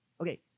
Okay